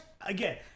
again